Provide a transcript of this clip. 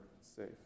safe